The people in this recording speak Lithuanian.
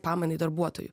pamainai darbuotojų